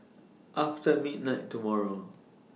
after midnight tomorrow